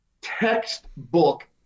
Textbook